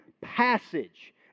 passage